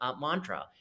mantra